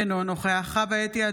אינו נוכח חוה אתי עטייה,